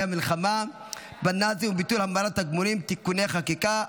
המלחמה בנאצים וביטול המרת תגמולים (תיקוני חקיקה),